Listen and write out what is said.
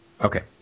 Okay